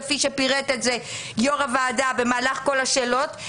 כפי שפירט את זה יו"ר הוועדה במהלך כל השאלות,